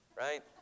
right